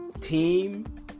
team